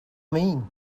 mean